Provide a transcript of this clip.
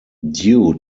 due